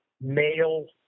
male